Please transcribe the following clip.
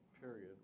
period